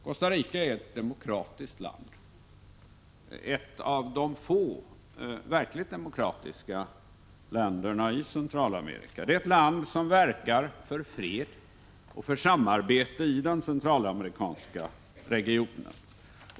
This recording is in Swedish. Costa Rica är ett demokratiskt land — ett av de få verkligt demokratiska länderna i Centralamerika. Det är ett land som verkar för fred och för samarbete i den centralamerikanska regionen.